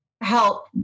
help